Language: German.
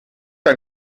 ein